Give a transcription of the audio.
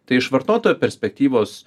tai iš vartotojo perspektyvos